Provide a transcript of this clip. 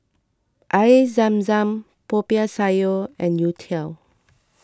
Air Zam Zam Popiah Sayur and Youtiao